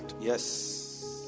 Yes